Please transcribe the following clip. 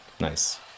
Nice